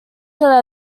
are